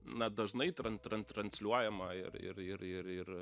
na dažnai tran tran transliuojama ir ir ir ir ir